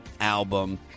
album